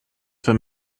for